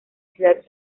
ciudad